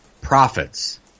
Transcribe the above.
profits